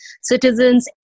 citizens